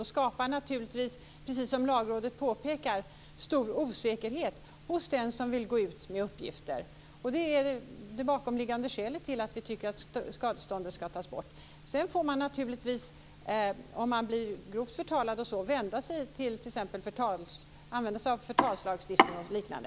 Det skapar naturligtvis, precis som Lagrådet påpekar, stor osäkerhet hos den som vill gå ut med uppgifter. Det är det bakomliggande skälet till att vi tycker att skadeståndet ska tas bort. Blir man grovt förtalad får man naturligtvis använda sig av förtalslagstiftning och liknande.